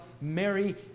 Mary